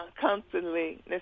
constantly